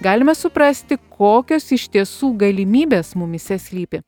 galime suprasti kokios iš tiesų galimybės mumyse slypi